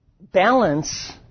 Balance